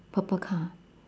purple car